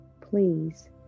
Please